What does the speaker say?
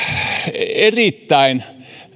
erittäin